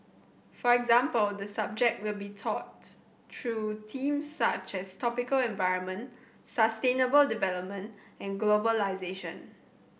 for example the subject will be taught through themes such as tropical environment sustainable development and globalisation